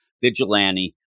vigilante